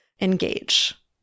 engage